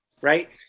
Right